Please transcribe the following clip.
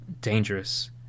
Dangerous